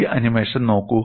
ഈ ആനിമേഷൻ നോക്കൂ